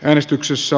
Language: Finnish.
äänestyksessä